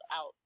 Out